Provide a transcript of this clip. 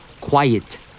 quiet